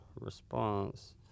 response